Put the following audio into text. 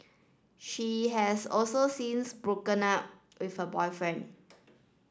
she has also since broken up with her boyfriend